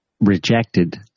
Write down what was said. rejected